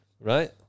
right